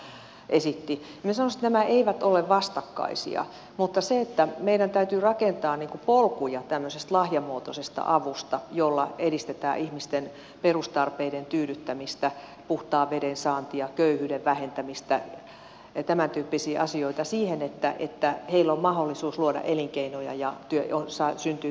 minä sanoisin että nämä eivät ole vastakkaisia mutta meidän täytyy rakentaa polkuja tämmöisestä lahjamuotoisesta avusta jolla edistetään ihmisten perustarpeiden tyydyttämistä puhtaan veden saantia köyhyyden vähentämistä ja tämäntyyppisiä asioita siihen että heillä on mahdollisuus luoda elinkeinoja ja syntyy työpaikkoja